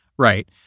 Right